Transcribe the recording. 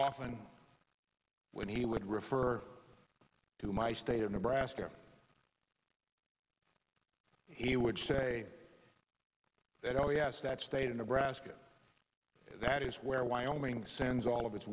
often when he would refer to my state of nebraska he would say that oh yes that state of nebraska that is where wyoming sends all of